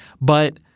But-